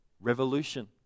revolution